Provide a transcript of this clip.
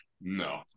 No